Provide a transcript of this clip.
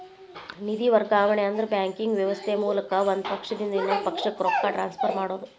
ನಿಧಿ ವರ್ಗಾವಣೆ ಅಂದ್ರ ಬ್ಯಾಂಕಿಂಗ್ ವ್ಯವಸ್ಥೆ ಮೂಲಕ ಒಂದ್ ಪಕ್ಷದಿಂದ ಇನ್ನೊಂದ್ ಪಕ್ಷಕ್ಕ ರೊಕ್ಕ ಟ್ರಾನ್ಸ್ಫರ್ ಮಾಡೋದ್